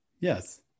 Yes